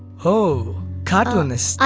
ooh cartoonist.